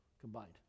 combined